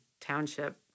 township